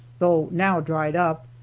though now dried up,